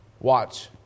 Watch